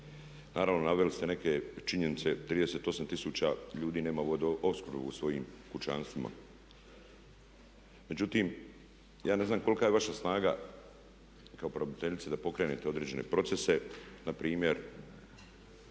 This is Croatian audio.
Naravno naveli ste neke činjenice, 38 tisuća ljudi nema vodoopskrbu u svojim kućanstvima. Međutim, ja ne znam kolika je vaša snaga kao pravobraniteljice da pokrenete određene procese? Na primjer